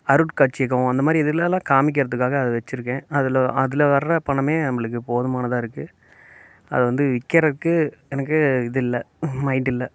அருட்காட்சியகம் அந்த மாதிரி இதுலெல்லாம் காமிக்கிறதுக்காக அது வச்சிருக்கேன் அதில் அதில் வர்ற பணமே நம்மளுக்கு போதுமானதாக இருக்குது அதை வந்து விற்கிறக்கு எனக்கு இது இல்லை மைண்ட் இல்லை